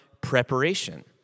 preparation